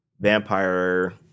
vampire